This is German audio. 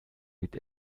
mit